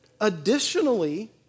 Additionally